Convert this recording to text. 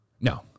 No